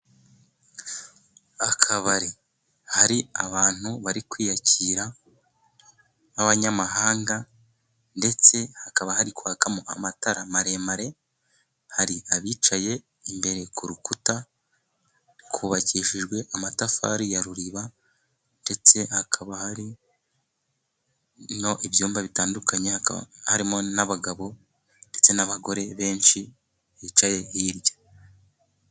Akabari, hari abantu bari kwiyakira b'abanyamahanga, ndetse hakaba hari kwakamo amatara maremare, hari abicaye imbere ku rukuta kubakishijwe amatafari ya Ruriba, Ndetse hakaba hari ibyumba bitandukanye, harimo n'abagabo, ndetse n'abagore benshi, bicaye hirya.